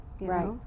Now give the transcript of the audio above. Right